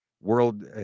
World